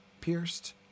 Pierced